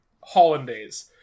hollandaise